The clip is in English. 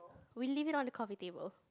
we leave it on the coffee table